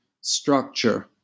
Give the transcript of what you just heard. structure